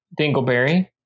Dingleberry